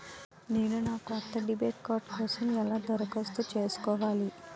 నేను నా కొత్త డెబిట్ కార్డ్ కోసం ఎలా దరఖాస్తు చేసుకోవాలి?